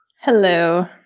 Hello